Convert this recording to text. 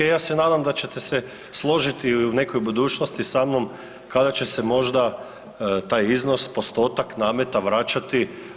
Ja se nadam da ćete se složiti u nekoj budućnosti sa mnom kada će se možda taj iznos, postotak nameta vraćati.